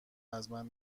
ازم